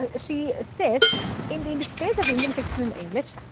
ah she says in the and space of indian fiction in english,